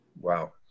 Wow